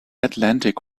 atlantic